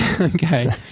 okay